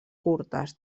curtes